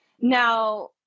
Now